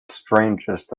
strangest